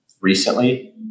recently